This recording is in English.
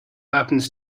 happens